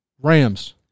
Rams